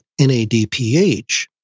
NADPH